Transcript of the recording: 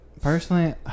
personally